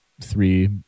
three